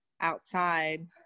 outside